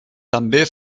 també